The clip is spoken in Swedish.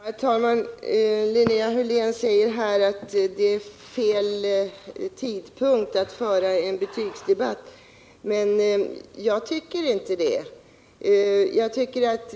Herr talman! Linnea Hörlén säger att det är fel tidpunkt att föra en betygsdebatt, men jag tycker inte det.